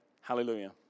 Hallelujah